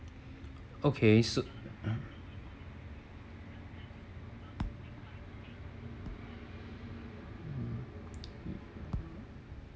okay so